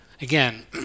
Again